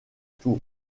tours